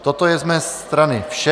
Toto je z mé strany vše.